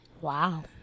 Wow